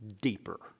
deeper